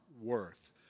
worth